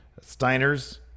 Steiners